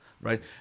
right